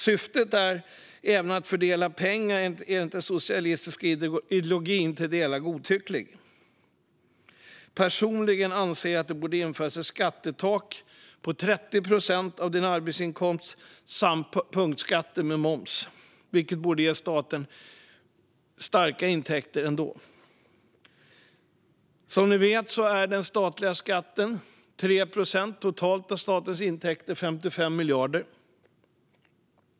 Syftet är även att fördela om pengar enligt den socialistiska ideologin, till delar godtyckligt. Personligen anser jag att det borde införas ett skattetak på 30 procent av ens arbetsinkomst samt på punktskatter och moms, vilket ändå borde ge staten starka intäkter. Som ni vet är den statliga skatten totalt 3 procent av statens intäkter, 55 miljarder.